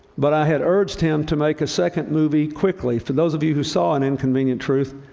but i had urged him to make a second movie quickly. for those of you who saw an inconvenient truth,